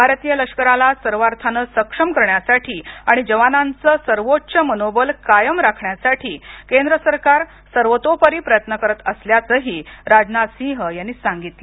भारतीय लष्कराला सर्वार्थाने सक्षम करण्यासाठी आणि जवानांच सर्वोच्च मनोबल कायम राखण्यासाठी केंद्र सरकार सर्वोतोपरी प्रयत्न करत असल्याचंही राजनाथ सिंह यांनी सांगितलं